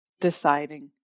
deciding